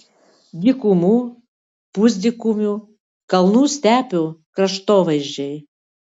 dykumų pusdykumių kalnų stepių kraštovaizdžiai